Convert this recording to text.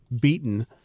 beaten